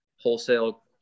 wholesale